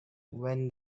when